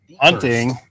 hunting